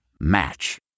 Match